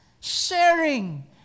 sharing